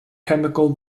chemical